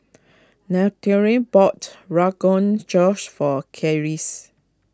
Natalya bought Rogan Josh for Keris